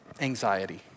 anxiety